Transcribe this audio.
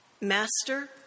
Master